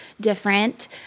different